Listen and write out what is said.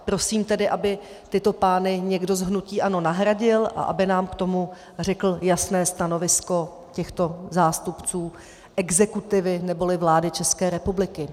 Prosím, aby tedy tyto pány někdo z hnutí ANO nahradil a aby nám k tomu řekl jasné stanovisko těchto zástupců exekutivy neboli vlády České republiky.